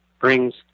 brings